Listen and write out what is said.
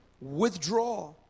withdraw